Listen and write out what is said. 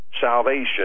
salvation